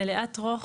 מלאת רוך,